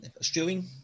stewing